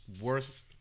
worth